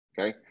okay